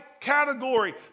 category